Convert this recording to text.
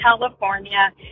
California